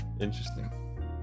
Interesting